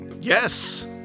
Yes